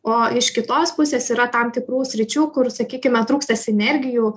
o iš kitos pusės yra tam tikrų sričių kur sakykime trūksta sinergijų